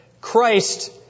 Christ